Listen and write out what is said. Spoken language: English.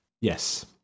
Yes